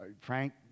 Frank